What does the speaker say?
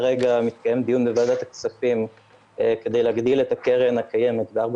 כרגע מתקיים דיון בוועדת הכספים כדי להגדיל את הקרן הקיימת ב-4